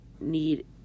need